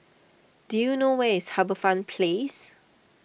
do you know where is HarbourFront Place